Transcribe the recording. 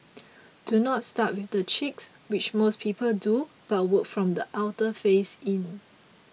do not start with the cheeks which most people do but work from the outer face in